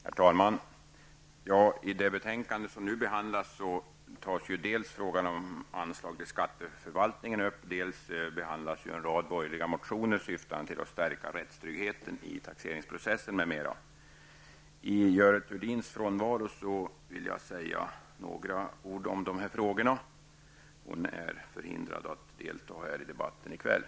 Herr talman! I det betänkande som nu behandlas tas dels frågan om anslag till skatteförvaltningen upp, dels behandlas en rad borgerliga motioner syftande till att bl.a. stärka rättstryggheten i taxeringsprocessen. I Görel Thurdins frånvaro vill jag säga några ord om dessa frågor. Görel Thurdin är förhindrad att delta i debatten här i kväll.